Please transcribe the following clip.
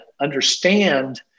understand